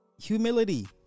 humility